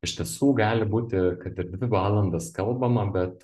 iš tiesų gali būti kad ir dvi valandas kalbama bet